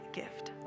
gift